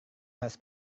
harus